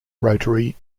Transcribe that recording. rotary